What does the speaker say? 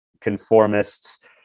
conformists